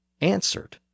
answered